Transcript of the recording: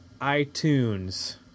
itunes